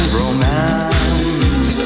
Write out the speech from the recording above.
romance